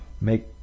make